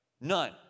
None